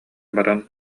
баран